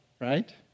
right